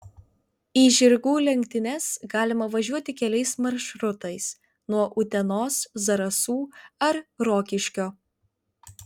į žirgų lenktynes galima važiuoti keliais maršrutais nuo utenos zarasų ar rokiškio